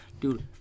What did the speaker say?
Dude